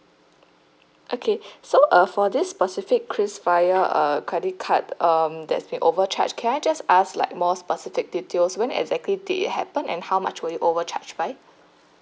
okay so uh for this specific krisflyer uh credit card um that's been overcharged can I just ask like more specific details when exactly did it happen and how much were you overcharged by